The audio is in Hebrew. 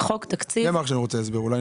זה מה שאני אומר.